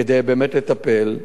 כדי באמת לטפל.